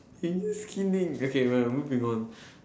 I'm just kidding okay well moving on